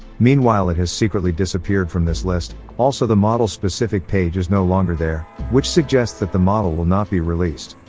meanwhile it has secretly disappeared from this list, also the model specific page is no longer there, which suggests that the model will not be released.